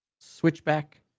Switchback